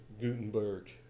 Gutenberg